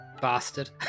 bastard